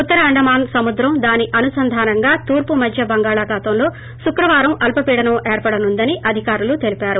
ఉత్తర అండమాన్ సముద్రం దాని అనుసంధానంగా తూర్పు మధ్య బంగాళాఖాతంలో శుక్రవారం అల్సపీడనం ఏర్పడనుందని అధికారులు తెలిపారు